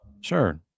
Sure